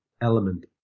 element